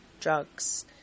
drugs